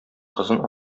кызын